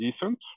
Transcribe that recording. decent